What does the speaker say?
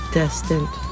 destined